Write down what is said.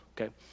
Okay